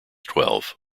twelve